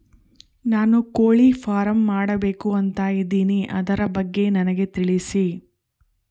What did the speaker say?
ನಾನು ಕೋಳಿ ಫಾರಂ ಮಾಡಬೇಕು ಅಂತ ಇದಿನಿ ಅದರ ಬಗ್ಗೆ ನನಗೆ ತಿಳಿಸಿ?